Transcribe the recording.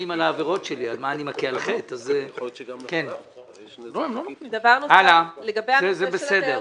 של התיירות.